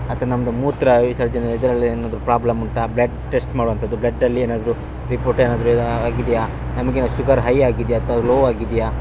ಅಥ್ವಾ ನಮ್ಮದು ಮೂತ್ರ ವಿಸರ್ಜನೆ ಇದರಲ್ಲೇ ಏನಾದರು ಪ್ರಾಬ್ಲಮ್ ಉಂಟಾ ಬ್ಲಡ್ ಟೆಸ್ಟ್ ಮಾಡುವಂಥದ್ದು ಬ್ಲಡ್ ಅಲ್ಲಿ ಏನಾದರು ರಿಪೋರ್ಟ್ ಏನಾದರೂ ಆಗಿದ್ಯಾ ನಮಗೆ ಶುಗರ್ ಹೈ ಆಗಿದ್ಯಾ ಅಥ್ವಾ ಲೋ ಆಗಿದ್ಯಾ